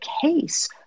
case